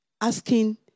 Asking